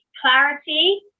clarity